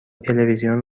تلویزیون